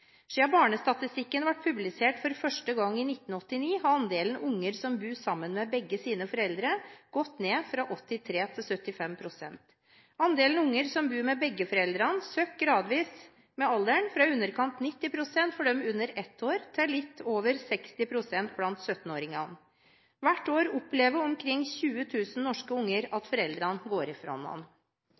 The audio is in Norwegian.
barnestatistikken ble publisert for første gang i 1989, har andelen unger som bor sammen med begge sine foreldre, gått ned fra 83 til 75 pst. Andelen unger som bor med begge foreldrene, synker gradvis med alderen, fra i underkant av 90 pst. for dem under ett år til litt over 60 pst. blant 17-åringene. Hvert år opplever omkring 20 000 norske unger at foreldrene går